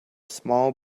small